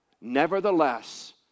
Nevertheless